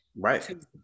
Right